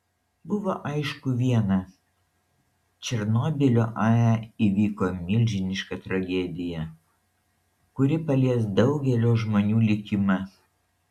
buvo aišku viena černobylio ae įvyko milžiniška tragedija kuri palies daugelio žmonių likimą